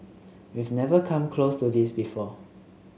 we've never come close to this before